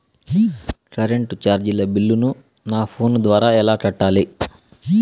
Current చార్జీల బిల్లును, నా ఫోను ద్వారా ఎలా కట్టాలి?